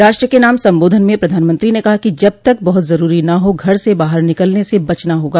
राष्ट्र के नाम सम्बोधन में प्रधानमंत्री ने कहा कि जब तक बहुत जरूरी न हो घर से बाहर निकलने से बचने को कहा